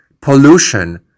pollution